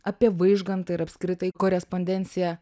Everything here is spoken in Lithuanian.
apie vaižgantą ir apskritai korespondenciją